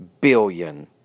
billion